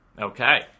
Okay